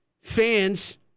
fans